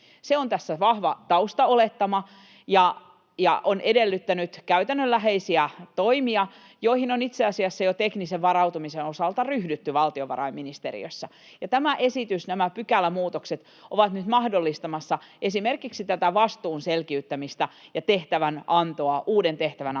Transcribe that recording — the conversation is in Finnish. Se on tässä vahva taustaolettama ja on edellyttänyt käytännönläheisiä toimia, joihin on itse asiassa jo teknisen varautumisen osalta ryhdytty valtiovarainministeriössä. Ja tämä esitys — nämä pykälämuutokset — on nyt mahdollistamassa esimerkiksi tätä vastuun selkiyttämistä ja tehtävänantoa,